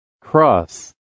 Cross